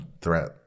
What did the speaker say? threat